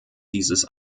dieses